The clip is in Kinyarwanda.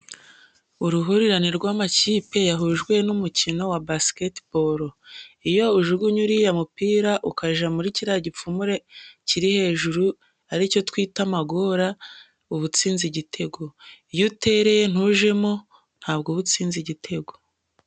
Uruhurirane rw'amakipe yahujwe n'umukino wa basketiboro. Iyo ujugunye uriya mupira ukaja muri kiriya gipfumure kiri hejuru aricyo twita "amagora" uba utsinze igitego, iyo utereye ntujemo ntabwo uba utsinze igitego.